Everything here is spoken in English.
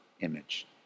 image